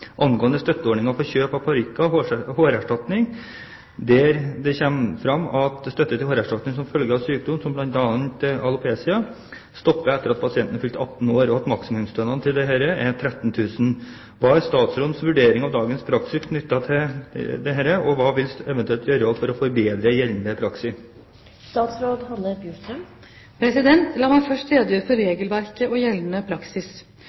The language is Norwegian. angående støtteordninger for kjøp av parykk/hårerstatning. Der kommer det frem at støtte til hårerstatning som følge av sykdommer som bl.a. alopecia stopper etter at pasienten er fylt 18 år, og at maksimumsstønaden til dette er 13 000 kr. Hva er statsrådens vurdering av dagens praksis knyttet til dette, og hva vil hun eventuelt gjøre for å forbedre den gjeldende praksis?» La meg først redegjøre for regelverket og gjeldende praksis.